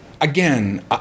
again